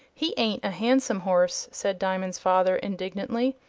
he ain't a hansom horse, said diamond's father indignantly.